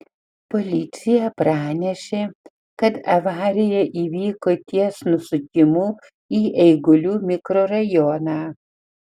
policija pranešė kad avarija įvyko ties nusukimu į eigulių mikrorajoną